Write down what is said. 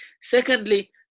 Secondly